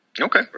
Okay